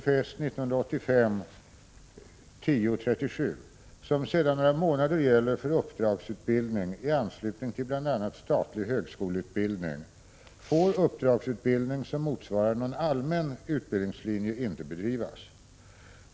för uppdragsutbildning i anslutning till bl.a. statlig högskoleutbildning får uppdragsutbildning som motsvarar någon allmän utbildningslinje inte bedrivas.